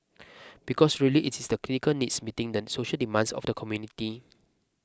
because really it is the clinical needs meeting the social demands of the community